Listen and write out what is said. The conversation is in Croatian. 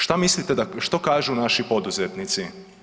Šta mislite što kažu naši poduzetnici?